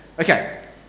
Okay